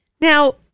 Now